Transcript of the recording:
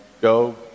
go